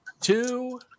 two